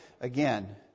again